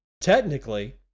technically